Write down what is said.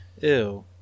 Ew